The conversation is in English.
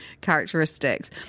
characteristics